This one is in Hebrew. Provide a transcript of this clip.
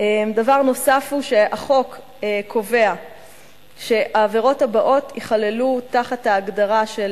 דבר נוסף הוא שהחוק קובע שהעבירות הבאות ייכללו בהגדרה של